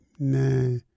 Nah